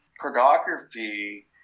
pornography